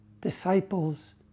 disciples